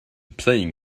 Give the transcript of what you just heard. playing